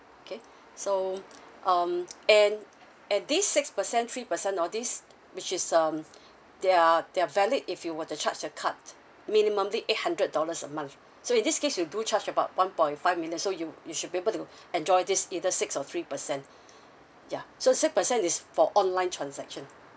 okay so um and and this six percent three percent all this which is um they're they're valid if you were to charge the card minimally eight hundred dollars a month so in this case you do charge about one point five million so you you should be able to enjoy this either six or three percent ya so six percent is for online transaction